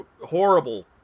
horrible